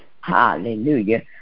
Hallelujah